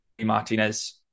Martinez